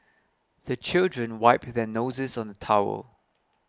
the children wipe their noses on the towel